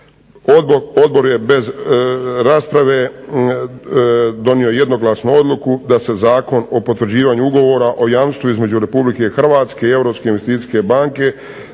Odbor je bez rasprave donio jednoglasno odluku da se zakon o potvrđivanju Ugovora o jamstvu između Republike Hrvatske i Europske investicijske banke